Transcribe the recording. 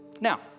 Now